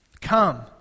come